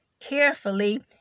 carefully